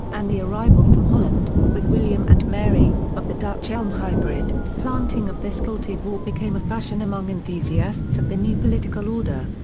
and the arrival from holland, with william and mary, of the dutch elm hybrid, planting of this cultivar became a fashion among enthusiasts of the new political order.